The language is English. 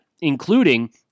including